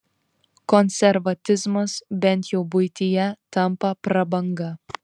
konservatizmas bent jau buityje tampa prabanga